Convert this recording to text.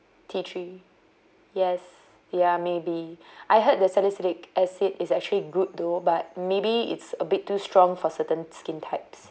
tea tree yes ya maybe I heard the salicylic acid is actually good though but maybe it's a bit too strong for certain skin types